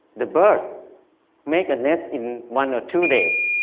the birds make a nest in one or two days.